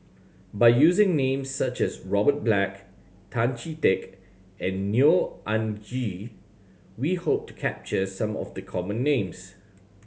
by using names such as Robert Black Tan Chee Teck and Neo Anngee we hope to capture some of the common names